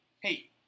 hey